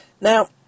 Now